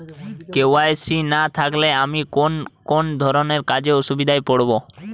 KYC না থাকলে আমি কোন কোন ধরনের কাজে অসুবিধায় পড়ব?